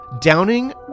Downing